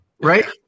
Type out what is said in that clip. right